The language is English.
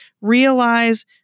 realize